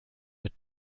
mit